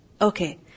Okay